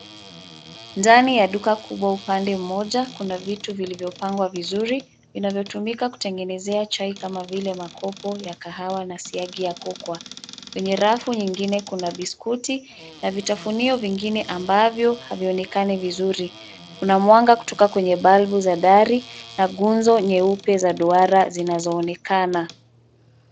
Ndani ya duka kubwa upande mmoja kuna vitu vilivyo pangwa vizuri, vinavyo tumika kutengenezea chai kama vile makoko ya kahawa na siagi ya kokoa. Kwenye rafu nyingine kuna biskwiti na vitafunio vingine ambavyo havionekani vizuri. Kuna mwanga kutoka kwenye balbu za dari na gunzo nyeupe za duara zinazoonekana